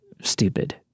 stupid